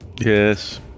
Yes